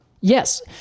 Yes